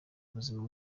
ubuzima